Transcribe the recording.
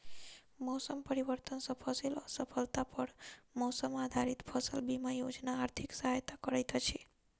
मौसम परिवर्तन सॅ फसिल असफलता पर मौसम आधारित फसल बीमा योजना आर्थिक सहायता करैत अछि